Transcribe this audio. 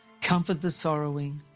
comfort the sorrowing,